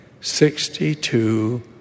sixty-two